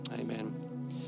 Amen